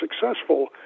successful